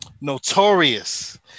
Notorious